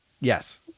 Yes